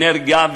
אנרגיה,